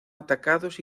atacados